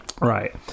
Right